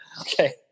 Okay